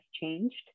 changed